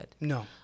No